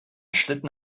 schlitten